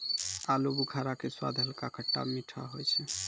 आलूबुखारा के स्वाद हल्का खट्टा मीठा होय छै